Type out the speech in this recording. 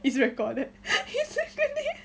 is recorded